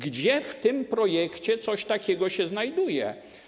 Gdzie w tym projekcie coś takiego się znajduje?